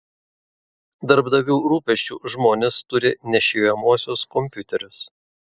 darbdavių rūpesčiu žmonės turi nešiojamuosius kompiuterius